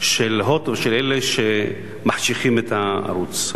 של "הוט" ושל אלה שמחשיכים את הערוץ.